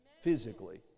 physically